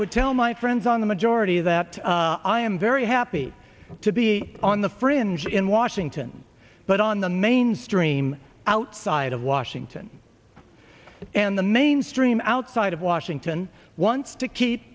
would tell my friends on the majority that i am very happy to be on the fringe in washington but on the mainstream outside of washington and the mainstream outside of washington wants to keep